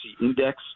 Index